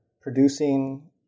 producing